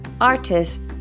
artist